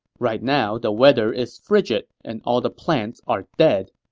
right now the weather is frigid and all the plants are dead.